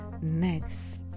next